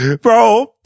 Bro